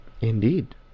Indeed